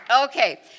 Okay